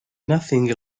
nothing